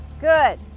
Good